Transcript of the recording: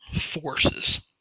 forces